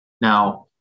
Now-